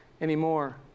anymore